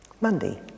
Monday